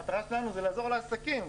המטרה שלנו זה לעזור לעסקים,